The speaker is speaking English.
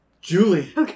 Julie